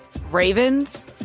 Ravens